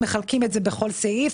מחלקים את זה בכל סעיף,